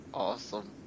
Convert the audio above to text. Awesome